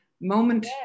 moment